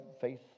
faith